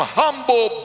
humble